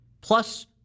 plus